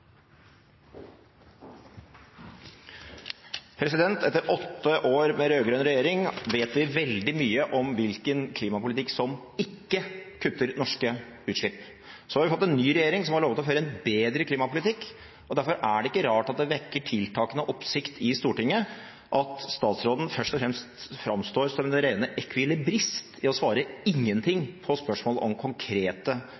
Etter åtte år med rød-grønn regjering vet vi veldig mye om hvilken klimapolitikk som ikke kutter norske utslipp. Så har vi fått en ny regjering som har lovet å føre en bedre klimapolitikk, og derfor er det ikke rart at det vekker tiltakende oppsikt i Stortinget at statsråden først og fremst framstår som den rene ekvilibrist i å svare